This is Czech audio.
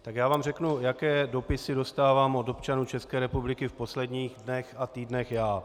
Tak já vám řeknu, jaké dopisy dostávám od občanů České republiky v posledních dnech a týdnech já.